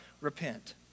repent